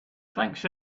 thanks